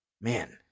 man